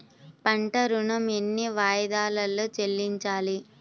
పంట ఋణం ఎన్ని వాయిదాలలో చెల్లించాలి?